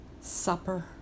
supper